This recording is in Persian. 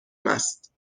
مست